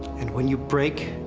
and when you break,